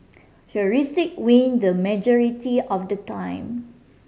heuristic win the majority of the time